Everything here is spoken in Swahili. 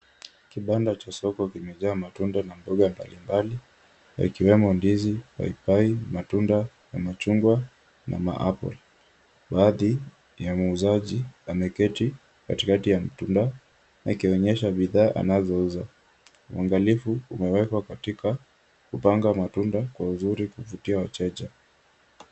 Kibanda cha soko kimejaa matunda na mboga mbalimbali, yakiwemo ndizi, paipai, matunda na machungwa na maapple . Baadhi ya muuzaji ameketi katikati ya matunda akionyesha bidhaa anazouza. Uangalifu umewekwa katika kupanga matunda kwa uzuri kuvutia wateja.